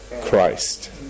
Christ